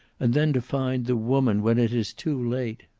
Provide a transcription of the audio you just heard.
and then to find the woman, when it is too late.